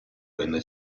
venne